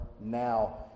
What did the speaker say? now